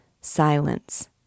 silence